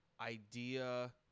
idea